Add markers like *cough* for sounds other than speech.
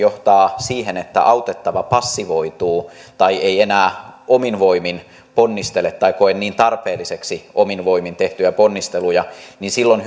johtaa siihen että autettava passivoituu tai ei enää omin voimin ponnistele tai koe niin tarpeelliseksi omin voimin tehtyä ponnistelua niin silloin *unintelligible*